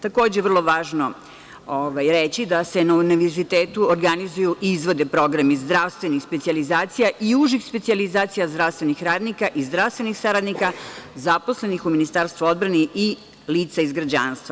Takođe, vrlo važno je reći, da se na univerzitetu organizuju i izvode programi zdravstvenih specijalizacija i užih specijalizacije zdravstvenih radnika i zdravstvenih saradnika zaposlenih u Ministarstvu odbrane i lica iz građanstva.